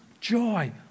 joy